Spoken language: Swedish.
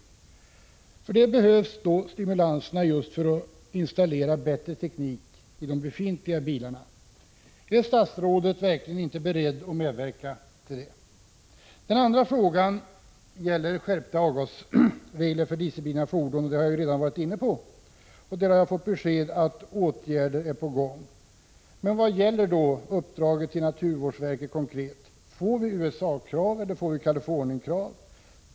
Stimulanserna behövs alltså för att man skall installera bättre teknik i de befintliga bilarna. Är statsrådet verkligen inte beredd att medverka till detta? Den andra frågan gäller skärpta avgasregler för dieseldrivna fordon. Detta har jag redan varit inne på, och jag har fått besked om att åtgärder är på gång. Men vad gäller då uppdraget till naturvårdsverket konkret? Får vi USA-krav eller får vi Kalifornienkrav?